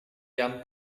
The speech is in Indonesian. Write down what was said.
jam